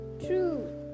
true